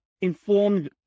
informed